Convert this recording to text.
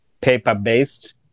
paper-based